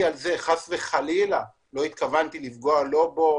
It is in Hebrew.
חלילה לא התכוונתי לפגוע בו,